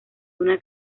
una